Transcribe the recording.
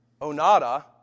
...Onada